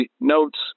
notes